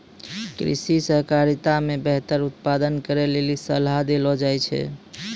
कृषि सहकारिता मे बेहतर उत्पादन करै लेली सलाह देलो जाय छै